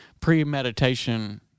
premeditation